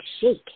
shake